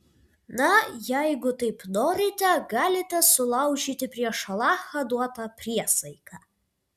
na jeigu taip norite galite sulaužyti prieš alachą duotą priesaiką